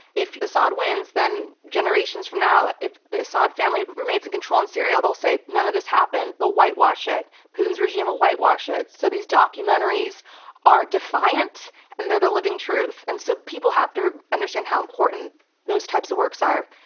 if assad wins, then generations from now if the assad family remains in control in syria, they'll say none of this happened, they'll whitewash it. putin's regime will whitewash it, so these documentaries are defiant and they're the living truth, and so people have to understand how important those types of works are.